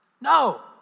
No